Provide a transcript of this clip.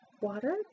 water